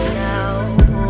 now